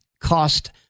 cost